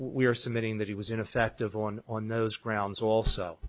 are submitting that he was ineffective on on those grounds also